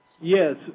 Yes